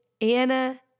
Anna